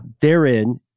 therein